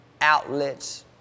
outlets